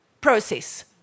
process